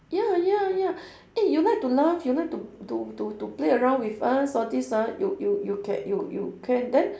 ya ya ya eh you like to laugh you like to to to to play around with us all these ah you you you can you you can then